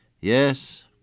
Yes